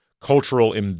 cultural